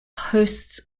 hosts